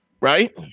right